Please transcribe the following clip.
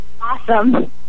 Awesome